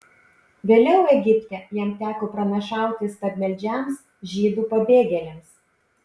vėliau egipte jam teko pranašauti stabmeldžiams žydų pabėgėliams